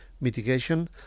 mitigation